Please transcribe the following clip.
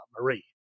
Marie